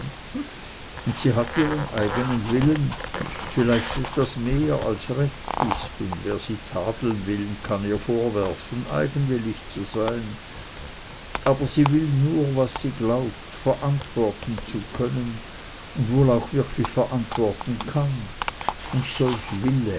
ja sie hat ihren eigenen willen vielleicht etwas mehr als recht ist und wer sie tadeln will kann ihr vorwerfen eigenwillig zu sein aber sie will nur was sie glaubt verantworten zu können und wohl auch wirklich verantworten kann und solch wille